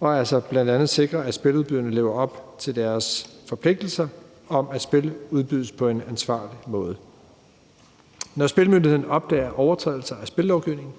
og altså bl.a. sikre, at spiludbyderne lever op til deres forpligtelser om, at spil udbydes på en ansvarlig måde. Når Spillemyndigheden opdager overtrædelser af spillovgivningen,